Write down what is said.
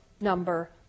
number